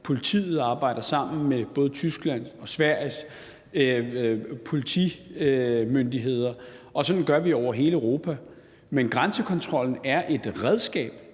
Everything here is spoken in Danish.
Politiet arbejder sammen med både Tysklands og Sveriges politimyndigheder, og sådan gør vi over hele Europa. Men grænsekontrollen er et redskab